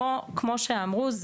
כמו שאמרו,